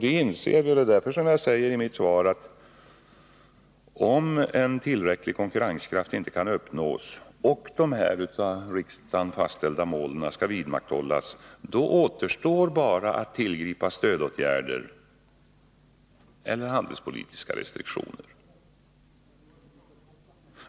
Det inser vi, och det är därför jag säger i mitt svar: Om en tillräcklig konkurrenskraft inte kan uppnås och de av riksdagen fastställda målen skall vidmakthållas, återstår bara att tillgripa stödåtgärder eller handelspolitiska restriktioner.